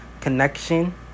connection